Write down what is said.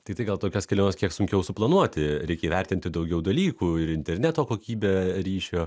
tai tai gal tokias keliones kiek sunkiau suplanuoti reikia įvertinti daugiau dalykų ir interneto kokybę ryšio